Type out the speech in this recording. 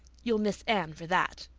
you'll miss anne for that.